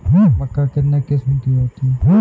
मक्का कितने किस्म की होती है?